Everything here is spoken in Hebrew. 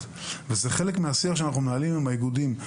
וזה חלק מהשיח שאנחנו מנהלים עם האיגודים.